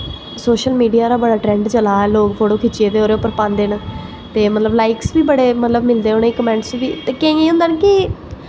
social media दा बड़ा trend चला दा कि लोग फोटो खिच्चियै ते ओह्दे पर पांदे न ते मतलब लाइक्स बी बड़े मिलदे न कमेंट्स बी केंइयें गी होंदा निं कि